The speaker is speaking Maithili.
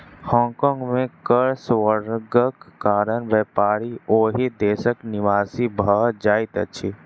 होंग कोंग में कर स्वर्गक कारण व्यापारी ओहि देशक निवासी भ जाइत अछिं